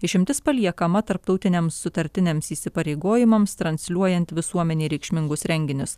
išimtis paliekama tarptautiniams sutartiniams įsipareigojimams transliuojant visuomenei reikšmingus renginius